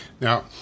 Now